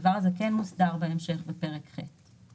הדבר הזה מוסדר בהמשך בפרק ח'.